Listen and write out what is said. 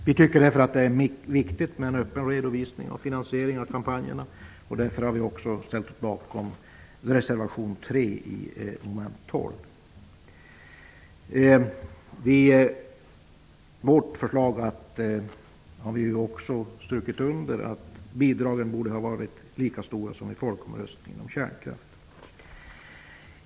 Vi tycker därför att det är viktigt med en öppen redovisning av finansieringen av kampanjerna. Därför har vi också ställt oss bakom reservation 3 under mom. 12. I vårt förslag har vi också strukit under att bidragen borde ha varit lika stora som i folkomröstningen om kärnkraften.